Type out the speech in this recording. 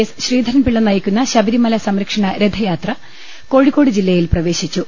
S Sreedharan Pillai നയി ക്കുന്ന ശബരിമല സംരക്ഷണ രഥയാത്ര കോഴിക്കോട് ജില്ലയിൽ പ്രവേ ശിച്ചു